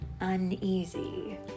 uneasy